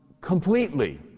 completely